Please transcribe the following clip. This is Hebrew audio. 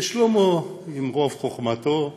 ושלמה, ברוב חוכמתו,